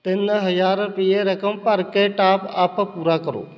ਤਿੰਨ ਹਜ਼ਾਰ ਰੁਪਈਏ ਰਕਮ ਭਰ ਕੇ ਟਾਪ ਅਪ ਪੂਰਾ ਕਰੋ